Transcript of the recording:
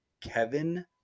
Kevin